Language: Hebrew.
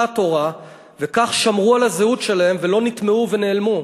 תורה וכך שמרו על הזהות שלהם ולא נטמעו ונעלמו.